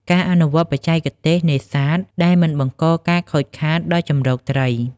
ការអនុវត្តន៍បច្ចេកទេសនេសាទដែលមិនបង្កការខូចខាតដល់ជម្រកត្រី។